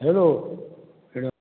hello शाण्या